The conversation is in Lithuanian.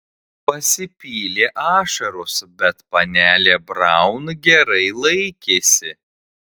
pasipylė ašaros bet panelė braun gerai laikėsi